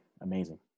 amazing